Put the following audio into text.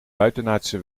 buitenaardse